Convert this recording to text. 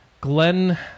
Glenn